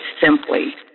simply